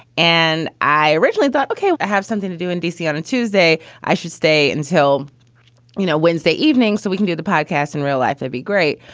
and i originally thought, ok, i have something to do in d c. on a tuesday. i should stay until you know wednesday evening so we can do the podcast in real life. i'd be great.